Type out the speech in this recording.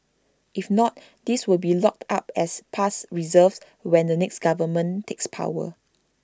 if not these will be locked up as past reserves when the next government takes power